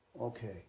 Okay